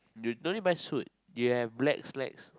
you no need buy suit you have black slacks